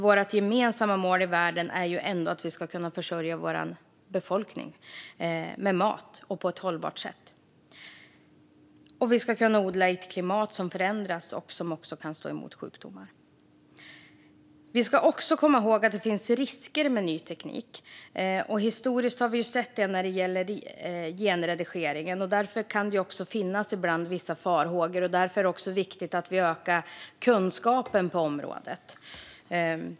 Vårt gemensamma mål i världen är ändå att vi ska kunna försörja vår befolkning med mat på ett hållbart sätt. Vi ska kunna odla i ett klimat som förändras, och det vi odlar ska kunna stå emot sjukdomar. Vi ska också komma ihåg att det finns risker med ny teknik. Historiskt har vi sett det när det gäller genredigering. Därför kan det ibland finnas vissa farhågor, och därför är det viktigt att öka kunskapen på området.